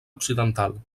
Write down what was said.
occidental